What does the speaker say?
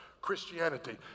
Christianity